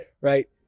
right